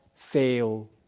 fail